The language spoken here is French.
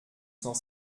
cent